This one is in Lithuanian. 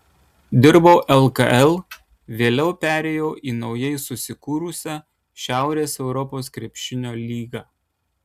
dirbau lkl vėliau perėjau į naujai susikūrusią šiaurės europos krepšinio lygą